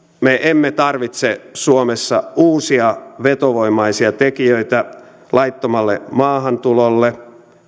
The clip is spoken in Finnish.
me emme tarvitse suomessa uusia vetovoimaisia tekijöitä laittomalle maahantulolle